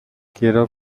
quiero